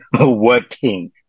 working